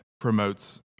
promotes